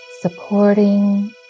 supporting